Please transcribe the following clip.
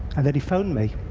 and then he phoned me.